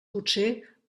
potser